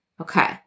Okay